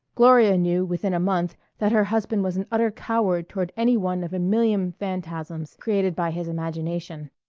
gloria knew within a month that her husband was an utter coward toward any one of a million phantasms created by his imagination.